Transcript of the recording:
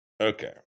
Okay